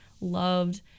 loved